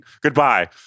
Goodbye